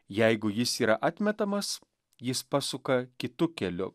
jeigu jis yra atmetamas jis pasuka kitu keliu